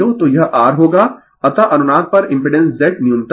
तो यह R होगा अतः अनुनाद पर इम्पिडेंस Z न्यूनतम है